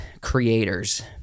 creators